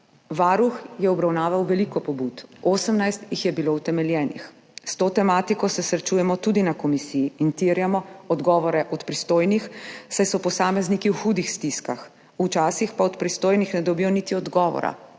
Varuh je obravnaval veliko pobud, 18 je bilo utemeljenih. S to tematiko se srečujemo tudi na komisiji in terjamo odgovore od pristojnih, saj so posamezniki v hudih stiskah, včasih pa od pristojnih ne dobijo niti odgovora,